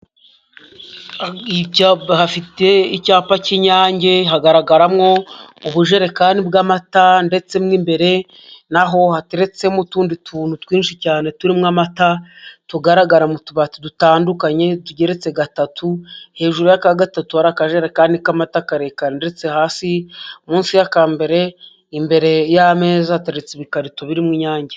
Hafite icyapa cy'inyange. Hagaragaramo ubujerekani bw'amata ndetse n'imbere na ho hateretsemo utundi tuntu twinshi cyane turimo amata, tugaragara mu tubati dutandukanye tugeretse gatatu. Hejuru y'aka gatatu hari akajerekani k'amata karekare ndetse hasi munsi y'aka mbere, imbere y'ameza hateretse ibikarito birimo inyange.